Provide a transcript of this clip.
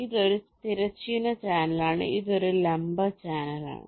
ഇതൊരു തിരശ്ചീന ചാനലാണ് ഇതൊരു ലംബ ചാനലാണ്